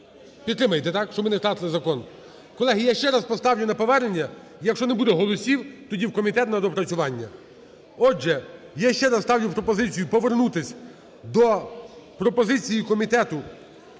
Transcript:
Підтримаєте, так? Щоб ми не втратили закон. Колеги, я ще раз поставлю на повернення, якщо не буде голосів, тоді в комітет на доопрацювання. Отже, я ще раз ставлю пропозицію повернутись до пропозиції комітету,